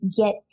get